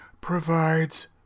provides